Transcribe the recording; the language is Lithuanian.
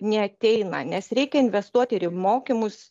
neateina nes reikia investuoti ir į mokymus